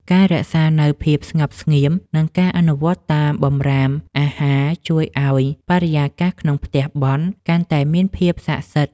ការរក្សានូវភាពស្ងប់ស្ងៀម និងការអនុវត្តតាមបម្រាមអាហារជួយឱ្យបរិយាកាសក្នុងផ្ទះបុណ្យកាន់តែមានភាពសក្ដិសិទ្ធិ។